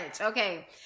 Okay